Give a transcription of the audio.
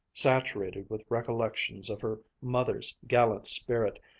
saturated with recollections of her mother's gallant spirit,